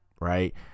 Right